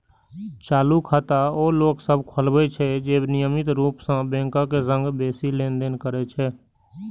चालू खाता ओ लोक सभ खोलबै छै, जे नियमित रूप सं बैंकक संग बेसी लेनदेन करै छै